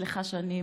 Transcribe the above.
סליחה שאני באישי,